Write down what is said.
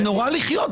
זה נורא לחיות כך.